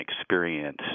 experience